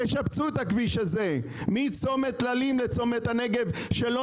תשפצו את הכביש הזה מצומת טללים לצומת הנגב שלא